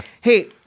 Hey